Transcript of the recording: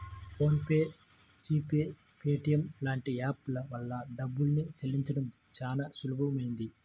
phone pay, G pay, Paytm లాంటి app ల వల్ల డబ్బుల్ని చెల్లించడం చానా సులువయ్యింది